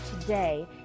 today